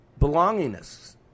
belongingness